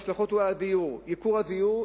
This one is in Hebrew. ההשלכות הן על הדיור: ייקור הדיור.